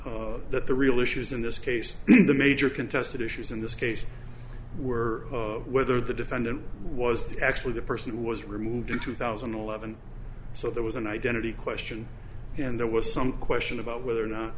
that the real issues in this case the major contested issues in this case were whether the defendant was the actually the person who was removed in two thousand and eleven so there was an identity question and there was some question about whether or